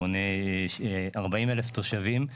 מונה 40,000 תושבים.